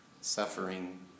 Suffering